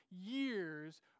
years